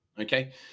Okay